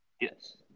yes